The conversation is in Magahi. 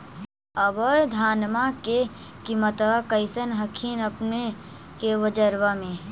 अबर धानमा के किमत्बा कैसन हखिन अपने के बजरबा में?